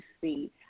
see